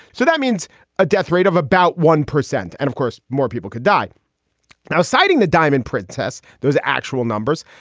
so that means a death rate of about one percent. and, of course, more people could die now, citing the diamond print tests. those actual numbers,